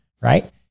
right